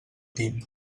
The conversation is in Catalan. team